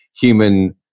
human